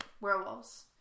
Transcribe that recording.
werewolves